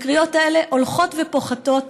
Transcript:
התקריות האלה הולכות ופוחתות,